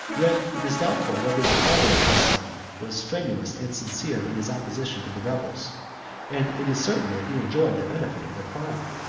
yet it is doubtful whether the father of hassan was strenuous and sincere in his opposition to the rebels and it is certain that he enjoyed the benefit of their crime.